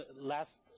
last